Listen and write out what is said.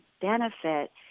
benefit